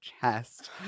chest